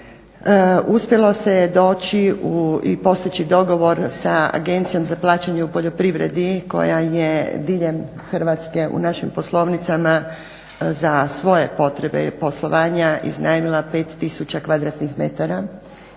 uspjelo se je doći i postići dogovor sa Agencijom za plaćanje u poljoprivredi koja je diljem Hrvatske u našim poslovnicama za svoje potrebe poslovanja iznajmila 5